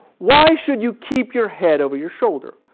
why should you keep your head over your shoulder?